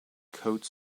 coats